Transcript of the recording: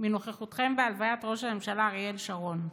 מנוכחותכם בהלוויית ראש הממשלה אריאל שרון,